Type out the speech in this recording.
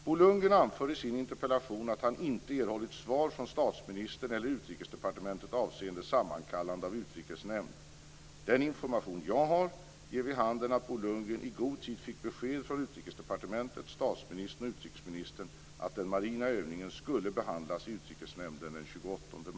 Bo Lundgren anför i sin interpellation att han inte erhållit svar från statsministern eller Utrikesdepartementet avseende sammankallande av utrikesnämnd. Den information jag har ger vid handen att Bo Lundgren i god tid fick besked från Utrikesdepartementet, statsministern och utrikesministern att den marina övningen skulle behandlas i Utrikesnämnden den